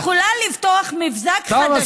יכולה לפתוח מבזק חדשות.